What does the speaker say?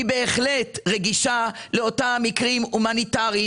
היא בהחלט רגישה לאותם מקרים הומניטריים